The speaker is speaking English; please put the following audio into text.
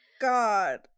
god